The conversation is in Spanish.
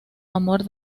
amor